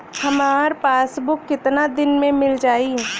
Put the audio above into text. हमार पासबुक कितना दिन में मील जाई?